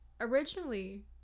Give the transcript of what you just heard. Originally